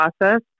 process